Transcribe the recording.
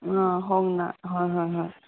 ꯑꯥ ꯍꯣꯡꯅ ꯍꯣꯏ ꯍꯣꯏ ꯍꯣꯏ